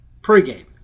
pregame